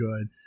good